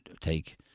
take